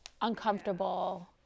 uncomfortable